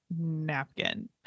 napkin